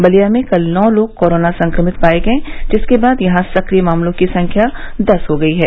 बलिया में कल नौ लोग कोरोना संक्रमित पाए गए जिसके बाद यहां सक्रिय मामलों की संख्या दस हो गई है